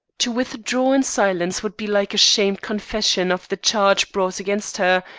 to withdraw in silence would be like a shamed confession of the charge brought against her,